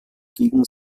gegen